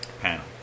panel